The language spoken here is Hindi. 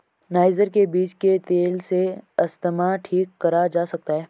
नाइजर के बीज के तेल से अस्थमा ठीक करा जा सकता है